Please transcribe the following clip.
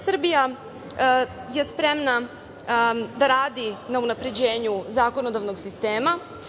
Srbija je spremna da radi na unapređenju zakonodavnog sistema.